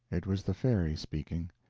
it was the fairy speaking.